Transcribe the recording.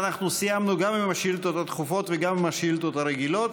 סיימנו גם עם השאילתות הדחופות וגם עם השאילתות הרגילות.